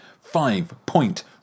five-point